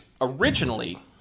Originally